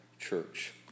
church